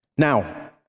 Now